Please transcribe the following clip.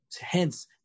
Hence